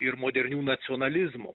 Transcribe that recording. ir moderniu nacionalizmu